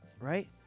right